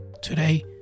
Today